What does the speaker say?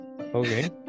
Okay